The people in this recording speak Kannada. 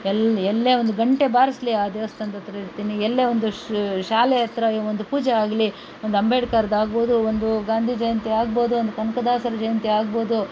ಎಲ್ಲಿ ಎಲ್ಲೇ ಒಂದು ಗಂಟೆ ಬಾರಿಸಲಿ ಆ ದೇವಸ್ಥಾನದತ್ರ ಇರ್ತೀನಿ ಎಲ್ಲೇ ಒಂದು ಶಾಲೆ ಹತ್ರ ಒಂದು ಪೂಜೆ ಆಗಲಿ ಒಂದು ಅಂಬೇಡ್ಕರ್ದಾಗಬೋದು ಒಂದು ಗಾಂಧಿ ಜಯಂತಿ ಆಗಬೋದು ಒಂದು ಕನಕದಾಸರ ಜಯಂತಿ ಆಗಬೋದು